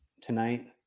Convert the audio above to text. tonight